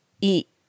eat